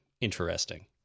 interesting